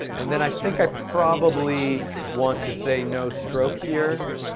and then i think i probably want to say no stroke here.